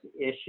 issue